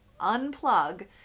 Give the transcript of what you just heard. unplug